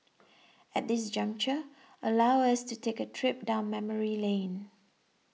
at this juncture allow us to take a trip down memory lane